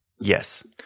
Yes